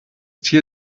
tier